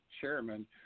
chairman